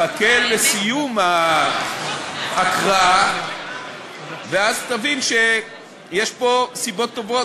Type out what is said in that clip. חכה לסיום ההקראה ואז תבין שיש פה סיבות טובות.